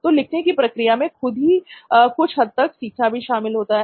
तो लिखने की प्रक्रिया में खुद ही कुछ हद तक सीखना भी शामिल हो जाता है